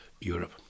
Europe